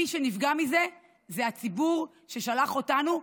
מי שנפגע מזה זה הציבור ששלח אותנו,